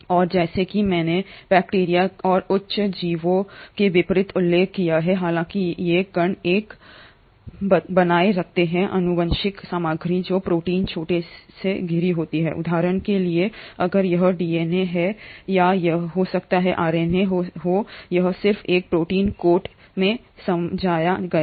और जैसा कि मैंने बैक्टीरिया और उच्च जीवों के विपरीत उल्लेख किया है हालांकि ये कण एक बनाए रखते हैं आनुवांशिक सामग्री जो प्रोटीन कोट से घिरी होती है उदाहरण के लिए अगर यह डीएनए है या यह हो सकता है आरएनए हो यह सिर्फ एक प्रोटीन कोट में समझाया गया है